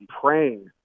praying